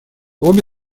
обе